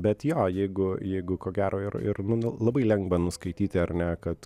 bet jo jeigu jeigu ko gero ir ir nu labai lengva nuskaityti ar ne kad